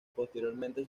posteriormente